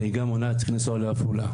נהיגה מונעת, צריך לנסוע לעפולה.